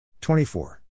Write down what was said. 24